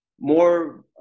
more